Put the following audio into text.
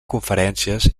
conferències